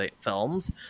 films